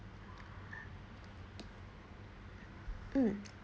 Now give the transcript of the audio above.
mm